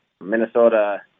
Minnesota